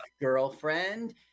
girlfriend